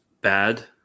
bad